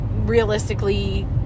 realistically